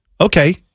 okay